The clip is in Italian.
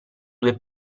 due